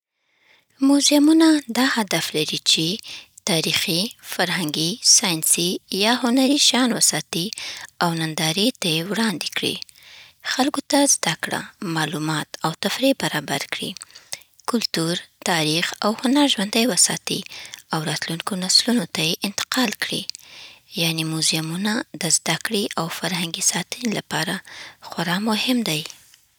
موزیمونه دا هدف لري چې: تاریخي، فرهنګي، ساینسي یا هنري شیان وساتي او نندارې ته وړاندې کړي. خلکو ته زده‌کړه، معلومات او تفریح برابر کړي. کلتور، تاریخ او هنر ژوندی وساتي او راتلونکو نسلونو ته یې انتقال کړي. یعنې، موزیمونه د زده‌کړې او فرهنګي ساتنې لپاره خورا مهم دي.